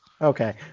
okay